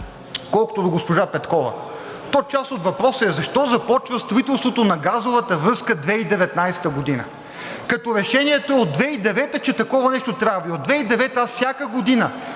Колкото до госпожа Петкова, то част от въпроса е защо започва строителството на газовата връзка 2019 г., като решението е от 2009 г., че такова нещо трябва? От 2009 г. аз всяка година